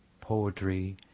poetry